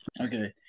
Okay